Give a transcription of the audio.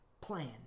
plan